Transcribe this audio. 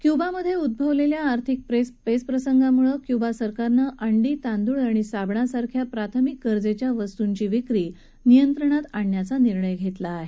क्युबामधे उद्गवलेल्या आर्थिक पेचप्रसंगामुळे क्युबा सरकारनं अंडी तांदूळ आणि साबणासारख्या प्राथमिक गरजेच्या वस्तूची विक्री नियंत्रणात आणायचा निर्णय घेतला आहे